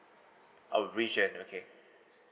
oh region okay